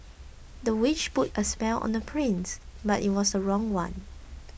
the witch put a spell on the prince but it was a wrong one